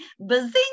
bazinga